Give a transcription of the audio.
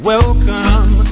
Welcome